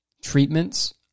treatments